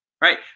right